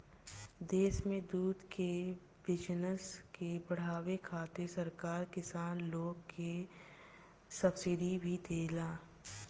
देश में दूध के बिजनस के बाढ़ावे खातिर सरकार किसान लोग के सब्सिडी भी देला